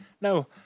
no